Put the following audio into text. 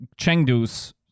Chengdu's